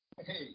Hey